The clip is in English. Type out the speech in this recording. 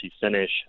finish